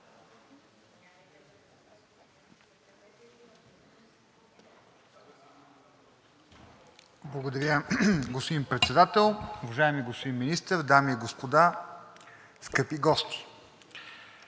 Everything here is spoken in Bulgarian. Благодаря, господин Председател. Уважаеми господин Министър, дами и господа, скъпи гости!